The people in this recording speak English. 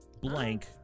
blank